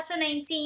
2019